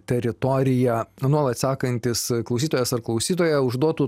teritorija nuolat sekantis klausytojas ar klausytoja užduotų